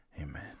Amen